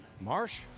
Marsh